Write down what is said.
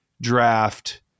draft